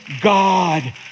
God